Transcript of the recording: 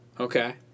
Okay